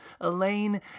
Elaine